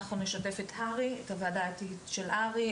אנחנו נשתף את הוועדה האתית של הר"י,